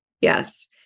yes